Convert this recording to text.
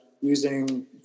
using